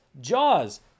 Jaws